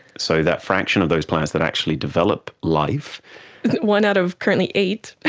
so that fraction of those planets that actually develop life. is it one out of currently eight?